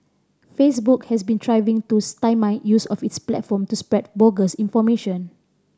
facebook has been striving to stymie use of its platform to spread bogus information